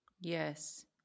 Yes